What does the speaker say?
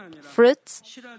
fruits